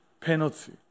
Penalty